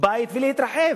בית ולהתרחב?